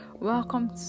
welcome